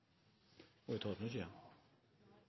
og eg